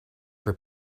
for